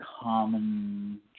common